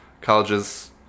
colleges